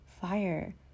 fire